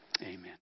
Amen